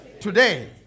Today